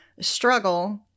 struggle